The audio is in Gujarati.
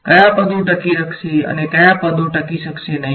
ક્યા પદો ટકી રહેશે અને કઈ પદો ટકી શકશે નહીં